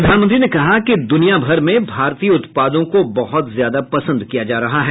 प्रधानमंत्री ने कहा कि दुनियाभर में भारतीय उत्पादों को बहुत ज्यादा पसन्द किया जा रहा है